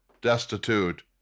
destitute